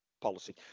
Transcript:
policy